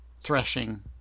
threshing